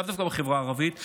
לאו דווקא בחברה הערבית,